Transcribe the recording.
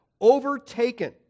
overtaken